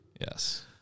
Yes